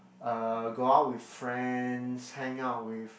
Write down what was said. uh go out with friends hang out with